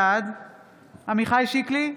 בעד עמיחי שיקלי,